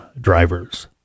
drivers